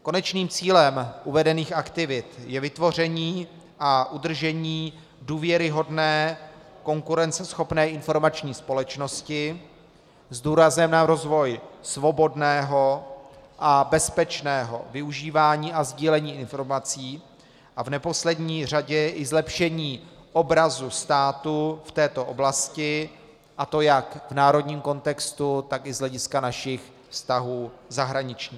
Konečným cílem uvedených aktivit je vytvoření a udržení důvěryhodné, konkurenceschopné informační společnosti s důrazem na rozvoj svobodného a bezpečného využívání a sdílení informací a v neposlední řadě i zlepšení obrazu státu v této oblasti, a to jak v národním kontextu, tak i z hlediska našich vztahů zahraničních.